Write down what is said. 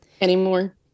anymore